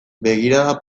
begirada